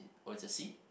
oh it's a seat